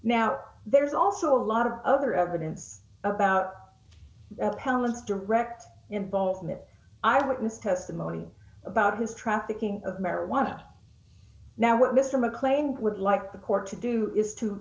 now there's also a lot of other evidence about palin's direct involvement i wouldn't testimony about his trafficking of marijuana now what mr mclean would like the court to do is to